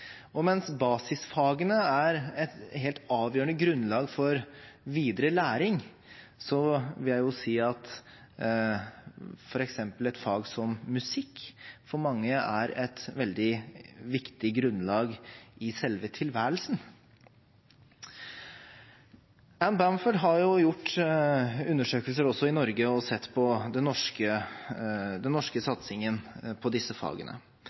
og mens basisfagene er et helt avgjørende grunnlag for videre læring, vil jeg jo si at f.eks. et fag som musikk for mange er et veldig viktig grunnlag i selve tilværelsen. Anne Bamford har gjort undersøkelser også i Norge og sett på den norske satsingen på disse fagene.